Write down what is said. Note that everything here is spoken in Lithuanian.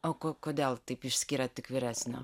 o ko kodėl taip išskiriat tik vyresnio